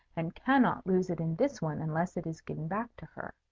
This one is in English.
and cannot lose it in this one unless it is given back to her.